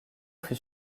fut